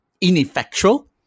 ineffectual